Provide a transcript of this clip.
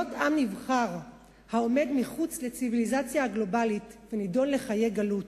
להיות עם נבחר העומד מחוץ לציוויליזציה הגלובלית ונידון לחיי גלות.